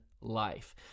life